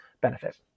benefit